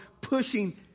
pushing